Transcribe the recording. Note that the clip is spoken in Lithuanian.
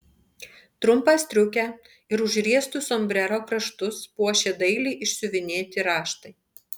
trumpą striukę ir užriestus sombrero kraštus puošė dailiai išsiuvinėti raštai